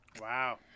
Wow